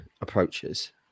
approaches